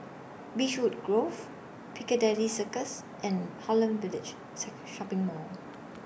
Beechwood Grove Piccadilly Circus and Holland Village Seek Shopping Mall